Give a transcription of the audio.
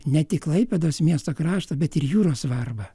ne tik klaipėdos miesto krašto bet ir jūros svarbą